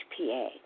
HPA